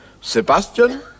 Sebastian